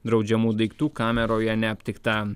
draudžiamų daiktų kameroje neaptikta